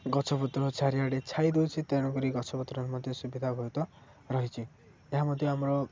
ଗଛପତ୍ର ଛାରିଆଡ଼େ ଛାଇ ଦଉଛି ତେଣୁକରି ଗଛ ପତ୍ରରେ ମଧ୍ୟ ସୁବିଧା ବହୁତ ରହିଛି ଏହା ମଧ୍ୟ ଆମର